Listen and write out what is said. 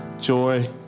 Joy